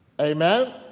Amen